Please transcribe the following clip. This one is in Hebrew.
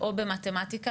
או במתמטיקה.